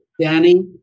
Danny